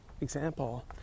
example